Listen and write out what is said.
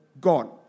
God